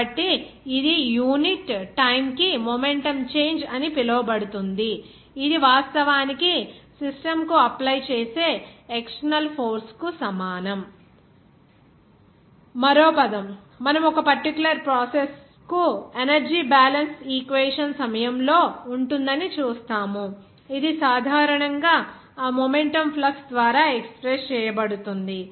కాబట్టి ఇది unit time కి మొమెంటం చేంజ్ అని పిలువబడుతుంది ఇది వాస్తవానికి సిస్టమ్ కు అప్లై చేసే ఎక్స్టర్నల్ ఫోర్స్ కు సమానం మరో పదం మనము ఒక పర్టిక్యులర్ ప్రాసెస్ కు ఎనర్జీ బ్యాలెన్స్ ఈక్వేషన్ సమయంలో ఉంటుందని చూస్తాము ఇది సాధారణంగా ఆ మొమెంటం ఫ్లక్స్ ద్వారా ఎక్స్ప్రెస్ చేయబడుతుంది